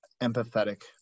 empathetic